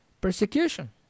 persecution